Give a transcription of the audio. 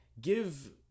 give